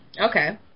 Okay